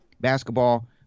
basketball